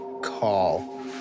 call